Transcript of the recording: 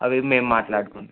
అవి మేము మాట్లాడుకుంటాం